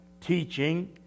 teaching